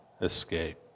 escape